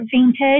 vintage